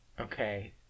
Okay